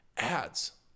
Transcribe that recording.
Ads